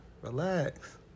Relax